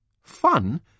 Fun